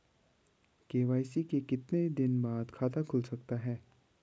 KYC के कितने दिन बाद खाता खुल सकता है?